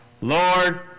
Lord